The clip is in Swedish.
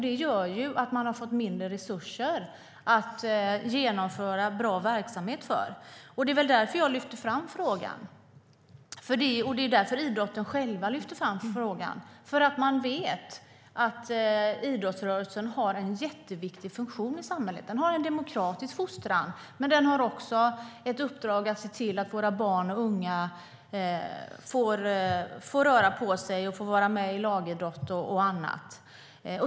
Det gör att idrotten har fått mindre resurser för att genomföra bra verksamhet. Det är därför som jag och idrotten själv lyfter fram den här frågan. Man vet att idrottsrörelsen har en jätteviktig funktion i samhället. Den står för en demokratisk fostran, men den har också i uppdrag att se till att barn och unga får röra på sig, vara med i lagidrott och annat.